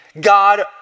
God